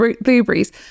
blueberries